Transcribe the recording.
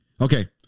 okay